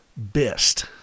best